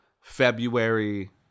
February